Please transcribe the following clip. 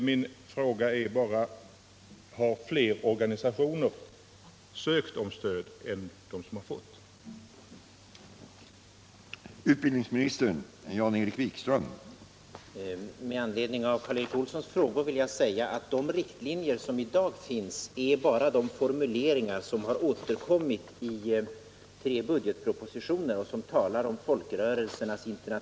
Min fråga nu är bara: Har fler organisationer ansökt om stöd än de som har fått stöd?